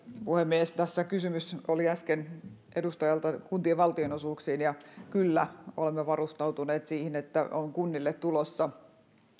puhemies tässä oli äsken kysymys edustajalta kuntien valtionosuuksista ja kyllä olemme varustautuneet siihen että on kunnille tulossa